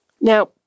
Now